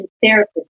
therapist